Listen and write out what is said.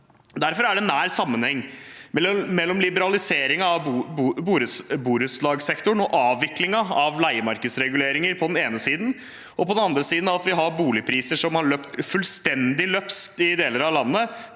Derfor er det en nær sammenheng mellom liberaliseringen av borettslagssektoren og avviklingen av leiemarkedsreguleringer på den ene siden og på den andre siden at vi har boligpriser som har løpt fullstendig løpsk i deler av landet,